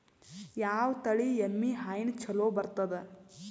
ಯಾವ ತಳಿ ಎಮ್ಮಿ ಹೈನ ಚಲೋ ಬರ್ತದ?